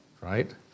right